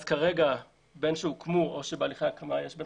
אז כרגע בין שהוקמו או שבהליכי הקמה יש בין